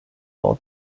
for